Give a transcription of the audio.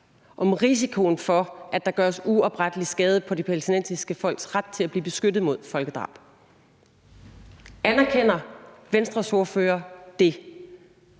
om risikoen for, at der gøres uoprettelig skade på det palæstinensiske folks ret til at blive beskyttet mod folkedrab. Anerkender Venstres ordfører det?